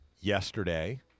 yesterday